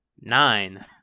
Nine